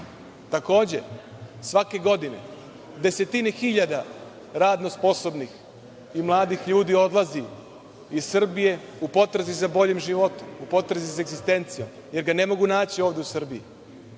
svake godine desetine hiljada radno sposobnih i mladih ljudi odlazi iz Srbije u potrazi za boljim životom, u potrazi za egzistencijom, jer ga ne mogu način ovde u Srbiji.